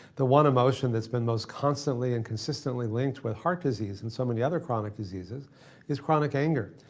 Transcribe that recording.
the one emotion that's been most constantly and consistently linked with heart disease and so many other chronic diseases is chronic anger.